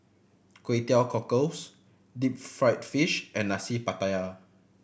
Kway Teow Cockles deep fried fish and Nasi Pattaya